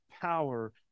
power